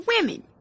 women